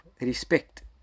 respect